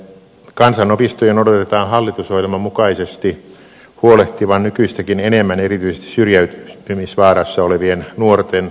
kansanopistojen odotetaan hallitusohjelman mukaisesti huolehtivan nykyistäkin enemmän erityisesti syrjäytymisvaarassa olevien nuorten koulutuksesta